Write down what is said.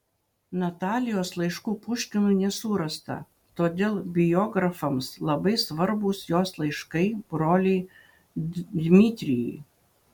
natalijos laiškų puškinui nesurasta todėl biografams labai svarbūs jos laiškai broliui dmitrijui